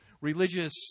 religious